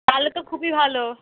তাহলে তো খুবই ভালো